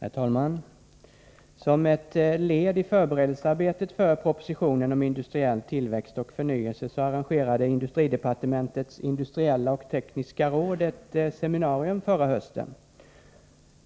Herr talman! Som ett led i föreberedelsearbetet för propositionen om industriell tillväxt och förnyelse arrangerade industridepartementets industriella och tekniska råd ett seminarium förra hösten.